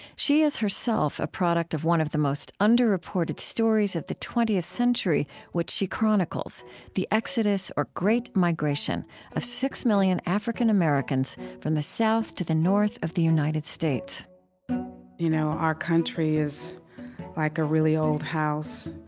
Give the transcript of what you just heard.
she is herself a product of one of the most under-reported stories of the twentieth century which she chronicles the exodus or great migration of six million african americans from the south to the north of the united states you know our country is like a really old house.